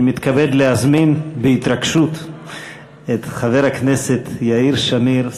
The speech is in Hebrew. מתכבד להזמין בהתרגשות את חבר הכנסת יאיר שמיר,